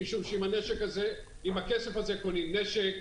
משום שעם הכסף הזה קונים נשק,